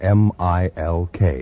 milk